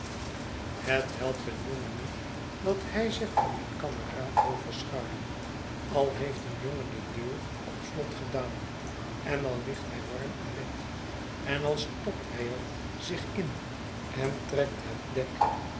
het helpt een jongen niet dat hij zich voor mijn kameraad wil verschuilen al heeft een jongen de deur op slot gedaan en al ligt hij warm in bed en al stopt hij er zich in en'trekt het dek